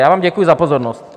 Já vám děkuji za pozornost.